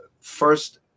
First